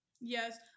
Yes